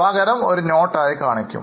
പകരം ഒരു അടിക്കുറിപ്പായി കാണിക്കും